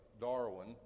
Darwin